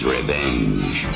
Revenge